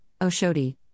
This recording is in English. Oshodi